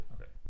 Okay